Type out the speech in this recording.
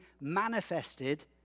manifested